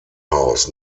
haus